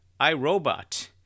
iRobot